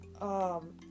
um-